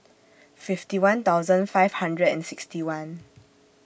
fifty one thousand five hundred and sixty one